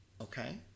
okay